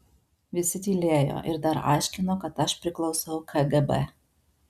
visi tylėjo ir dar aiškino kad aš priklausau kgb